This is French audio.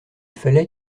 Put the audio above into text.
fallait